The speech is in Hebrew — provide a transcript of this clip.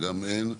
אין.